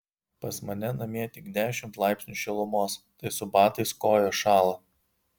pas mane namie tik dešimt laipsnių šilumos tai su batais kojos šąla